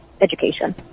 education